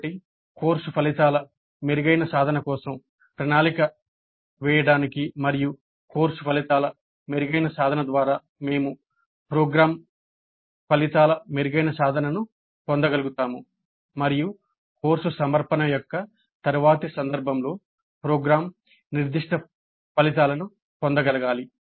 కాబట్టి కోర్సు ఫలితాల మెరుగైన సాధన కోసం ప్రణాళిక వేయడానికి మరియు కోర్సు ఫలితాల మెరుగైన సాధన ద్వారా మేము ప్రోగ్రామ్ ఫలితాల మెరుగైన సాధనను పొందగలుగుతాము మరియు కోర్సు సమర్పణ యొక్క తరువాతి సందర్భంలో ప్రోగ్రామ్ నిర్దిష్ట ఫలితాలను పొందగలగాలి